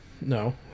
no